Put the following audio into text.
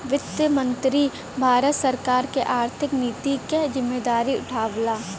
वित्त मंत्री भारत सरकार क आर्थिक नीति क जिम्मेदारी उठावला